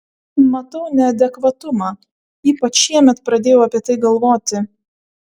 matau neadekvatumą ypač šiemet pradėjau apie tai galvoti